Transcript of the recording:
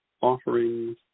offerings